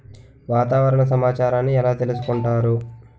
వాతావరణ సమాచారాన్ని ఎలా తెలుసుకుంటారు?